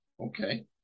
Okay